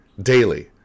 daily